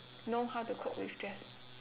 know how to cope with stress